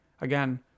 again